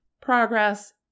progress